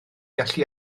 gallu